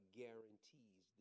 guarantees